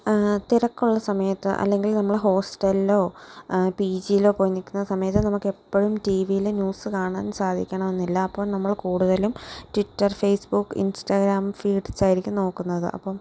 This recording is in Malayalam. തിരക്കുള്ള സമയത്ത് അല്ലെങ്കിൽ നമ്മൾ ഹോസ്റ്റലിലോ പി ജിയിലോ പോയി നിൽക്കുന്ന സമയത്ത് നമുക്ക് എപ്പോഴും ടി വിയിൽ ന്യൂസ് കാണാൻ സാധിക്കണമെന്നില്ല അപ്പോൾ നമ്മൾ കൂടുതലും ട്വിറ്റർ ഫേസ്ബുക്ക് ഇൻസ്റ്റാഗ്രാം ഫീഡ്സ് ആയിരിക്കും നോക്കുന്നത് അപ്പം